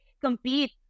compete